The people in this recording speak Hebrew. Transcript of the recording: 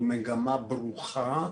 זו מגמה ברוכה.